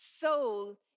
soul